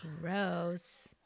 Gross